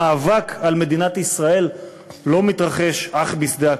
המאבק על מדינת ישראל לא מתרחש אך בשדה הקרב,